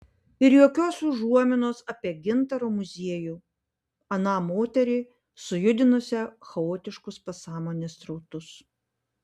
ir jokios užuominos apie gintaro muziejų aną moterį sujudinusią chaotiškus pasąmonės srautus